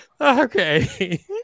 Okay